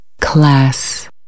Class